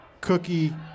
cookie